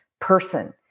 person